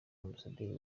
ambasaderi